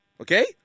okay